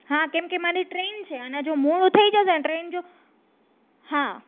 હા કેમકે મારે ટ્રેન છે અને જો મોડું થઈ જશે અને ટ્રેન જો હા